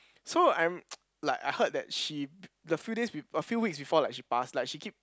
so I'm like I heard that she the few days we a few weeks before like she passed like she keep